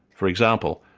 for example,